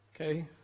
Okay